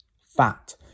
fat